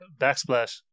Backsplash